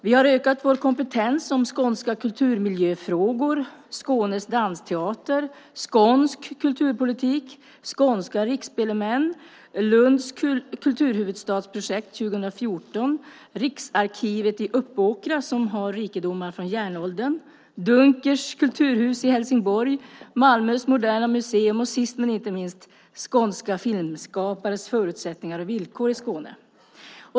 Vi har ökat vår kompetens om skånska kulturmiljöfrågor, Skånes Dansteater, skånsk kulturpolitik, skånska riksspelmän, kulturhuvudstadsprojektet Lund 2014, Riksarkivet i Uppåkra som har rikedomar från järnåldern, Dunkers kulturhus i Helsingborg, Moderna Museet Malmö och sist men inte minst skånska filmskapares förutsättningar och villkor i Skåne.